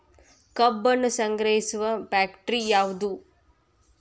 ಕಬ್ಬನ್ನು ಸಂಗ್ರಹಿಸುವ ಫ್ಯಾಕ್ಟರಿ ಯಾವದು?